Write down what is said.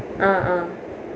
ah ah